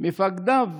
מפקדיו